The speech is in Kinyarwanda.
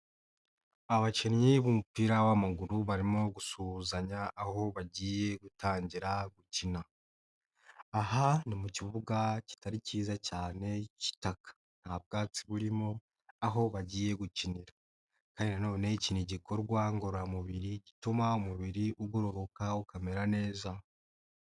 Abakinnyi b'umupira w'amaguru barimo gusuhuzanya aho bagiye gutangira gukina, aha ni mu kibuga kitari cyiza cyane cy'itaka, nta bwatsi burimo aho bagiye gukinira, kandi na none iki ni igikorwa ngororamubiri gituma umubiri ugororoka ukamera neza.